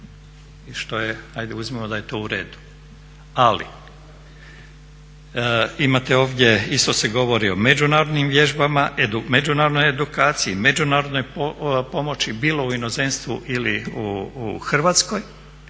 i što je, ajde uzmimo da je to u redu, ali imate ovdje, isto se govori o međunarodnim vježbama, međunarodnoj edukaciji, međunarodnoj pomoći bilo u inozemstvu ili u Hrvatskoj,